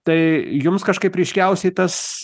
tai jums kažkaip ryškiausiai tas